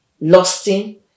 lusting